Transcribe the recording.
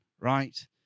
right